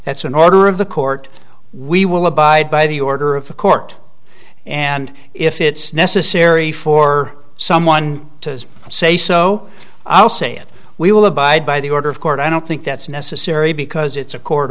that's an order of the court we will abide by the order of the court and if it's necessary for someone to say so i'll say it we will abide by the order of court i don't think that's necessary because it's a court